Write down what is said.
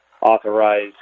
authorized